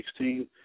2016